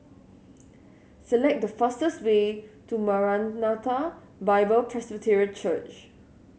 select the fastest way to Maranatha Bible Presby Church